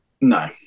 No